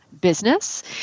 business